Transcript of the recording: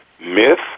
myth